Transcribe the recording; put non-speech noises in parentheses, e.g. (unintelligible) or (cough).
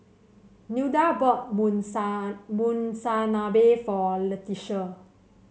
Nilda bought (unintelligible) Monsunabe for Letitia